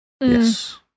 Yes